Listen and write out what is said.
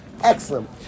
Excellent